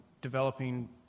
developing